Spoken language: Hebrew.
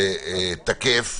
תקף,